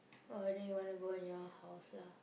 oh then you want go near house lah